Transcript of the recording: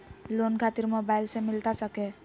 Loan खातिर mobile से मिलता सके?